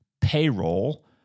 payroll